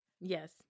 yes